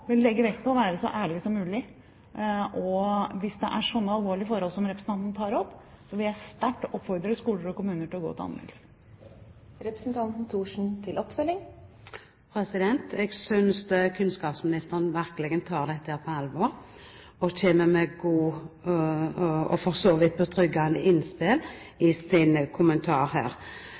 mulig, og hvis det er snakk om slike alvorlige forhold som representanten tar opp, vil jeg sterkt oppfordre skoler og kommuner til å gå til anmeldelse. Jeg synes kunnskapsministeren virkelig tar dette på alvor og kommer med gode, og for så vidt betryggende, innspill i sin kommentar her.